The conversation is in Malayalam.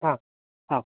ആ ആ